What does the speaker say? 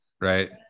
right